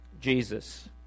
Jesus